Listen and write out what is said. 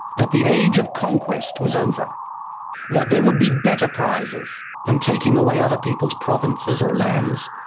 that the age of conquest was over that there would be better prizes than taking away other people's provinces or lands,